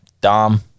Dom